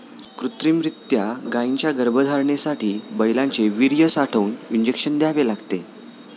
कृत्रिमरीत्या गायींच्या गर्भधारणेसाठी बैलांचे वीर्य साठवून इंजेक्शन द्यावे लागते